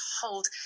hold